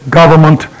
government